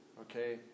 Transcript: okay